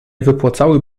wypłacały